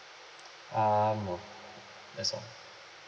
uh no that's all